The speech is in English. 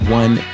one